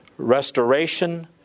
Restoration